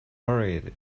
buried